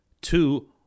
Two